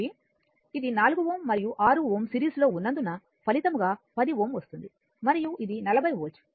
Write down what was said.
కాబట్టి ఇది 4 Ω మరియు 6 Ω సిరీస్ లో ఉన్నందున ఫలితంగా 10 Ω వస్తుంది మరియు ఇది 40 వోల్ట్